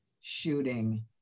shooting